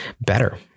better